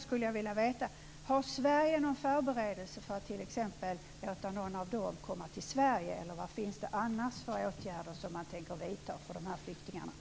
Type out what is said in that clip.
Sverige, eller vad finns det annars för åtgärder som man tänker vidta för de här flyktingarna?